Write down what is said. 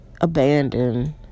abandoned